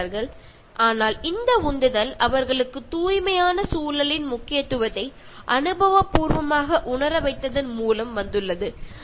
പക്ഷേ മോട്ടിവേഷൻ കിട്ടുന്നത് വളരെ ശുദ്ധമായ ചുറ്റുപാടിൽ നേരിട്ട് ഇടപഴകി ശീലിക്കുന്നതിലൂടെയാണ്